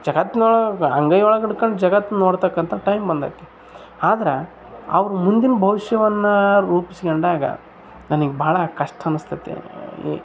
ಜಗತ್ತಿನೊಳಗ್ ಅಂಗೈಯೊಳಗ ಇಟ್ಕೊಂಡ್ ಜಗತ್ತು ನೋಡ್ತಕ್ಕಂಥ ಟೈಮ್ ಬಂದೈತೆ ಆದರೆ ಅವರು ಮುಂದಿನ ಭವಿಷ್ಯವನ್ನ ರೂಪಿಸ್ಕೊಂಡಾಗ ನನಗ್ ಭಾಳ ಕಷ್ಟ ಅನ್ನಸ್ತತೆ ಈ